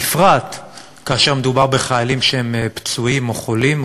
בפרט כאשר מדובר בחיילים שהם פצועים או חולים,